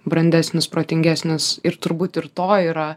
brandesnis protingesnis ir turbūt ir to yra